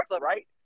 right